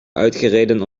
uitgereden